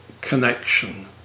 connection